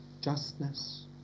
Justness